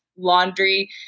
laundry